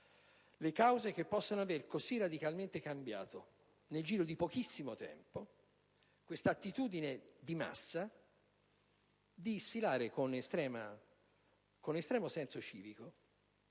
le cause che possono avere così radicalmente cambiato, nel giro di pochissimo tempo, questa attitudine di massa di sfilare con estremo senso civico,